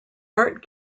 art